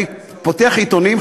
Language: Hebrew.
אני פותח עיתונים,